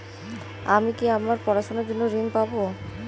আমি কি আমার পড়াশোনার জন্য ঋণ পাব?